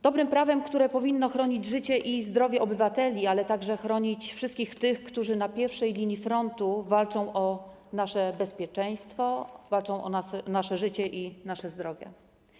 Dobrym prawem, które powinno chronić życie i zdrowie obywateli, ale także chronić wszystkich tych, którzy na pierwszej linii frontu walczą o nasze bezpieczeństwo, walczą o nasze życie i zdrowie.